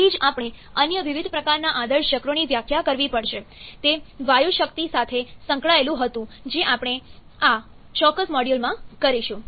તેથી જ આપણે અન્ય વિવિધ પ્રકારના આદર્શ ચક્રોની વ્યાખ્યા કરવી પડશે તે વાયુશક્તિ ચક્ર સાથે સંકળાયેલું હતું જે આપણે આ ચોક્કસ મોડ્યુલમાં કરીશું